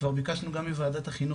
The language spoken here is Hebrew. כבר ביקשנו גם מוועדת החינוך,